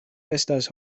estas